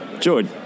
George